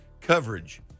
coverage